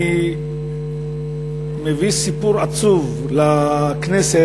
אני מביא סיפור עצוב לכנסת,